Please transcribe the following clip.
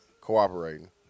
cooperating